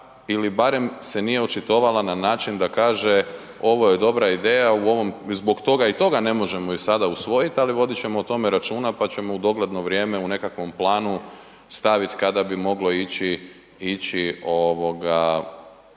ili barem se nije očitovala na način da kaže ovo je dobra ideja zbog toga i toga ne možemo ju sada usvojiti ali vodit ćemo o tome računa pa ćemo u dogledno vrijeme u nekakvom planu staviti kada bi moglo ići, ići ovoga